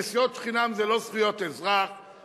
נסיעות חינם זה לא זכויות אזרח,